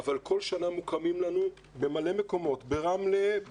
כל שנה מוקמים לנו בהרבה מקומות ברמלה,